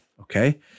Okay